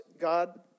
God